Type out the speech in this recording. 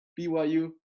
BYU